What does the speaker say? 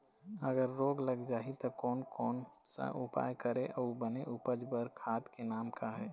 अगर रोग लग जाही ता कोन कौन सा उपाय करें अउ बने उपज बार खाद के नाम का हवे?